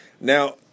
Now